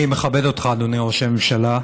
אני מכבד אותך, אדוני ראש הממשלה,